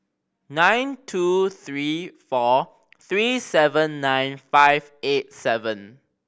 nine two three four three seven nine five eight seven